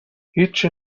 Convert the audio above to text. هیچچی